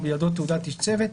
ובידו תעודת איש צוות,